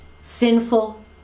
sinful